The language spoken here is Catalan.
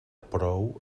prou